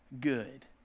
good